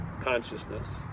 consciousness